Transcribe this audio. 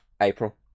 April